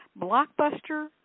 Blockbuster